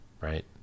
Right